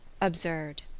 absurd